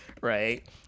right